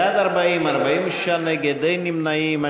בעד, 40, 46 נגד, אין נמנעים.